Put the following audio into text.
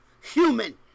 human